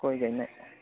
गय गायनो